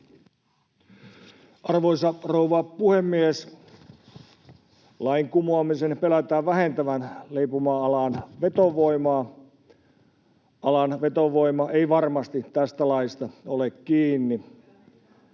Arvoisa rouva puhemies! Lain kumoamisen pelätään vähentävän leipomoalan vetovoimaa. Alan vetovoima ei varmasti tästä laista ole kiinni.